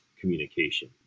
communication